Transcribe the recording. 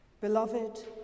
Beloved